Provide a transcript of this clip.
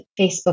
Facebook